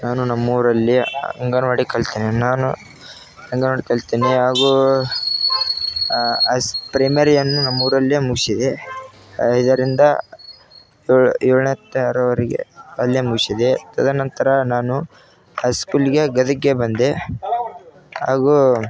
ನಾನು ನಮ್ಮೂರಲ್ಲಿ ಅಂಗನವಾಡಿ ಕಲ್ತಿದೇನೆ ನಾನು ಅಂಗನವಾಡಿ ಕಲಿತೇನೆ ಹಾಗೂ ಐಸ್ ಪ್ರೈಮರಿಯನ್ನು ನಮ್ಮೂರಲ್ಲಿಯೇ ಮುಗಿಸಿದೆ ಐದರಿಂದ ಏಳು ಏಳನೇ ತರಗತಿವರೆಗೆ ಅಲ್ಲಿಯೇ ಮುಗಿಸಿದೆ ತದನಂತರ ನಾನು ಹೈಸ್ಕೂಲಿಗೆ ಗದಗಿಗೆ ಬಂದೆ ಹಾಗೂ